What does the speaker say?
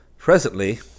Presently